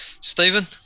Stephen